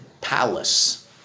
palace